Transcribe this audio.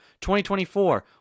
2024